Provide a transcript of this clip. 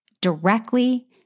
directly